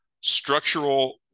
structural